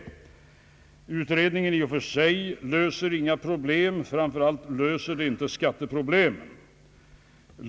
En utredning i och för sig löser inte något problem, framför allt löser den inte skatteproblem.